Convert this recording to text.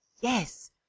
yes